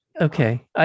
Okay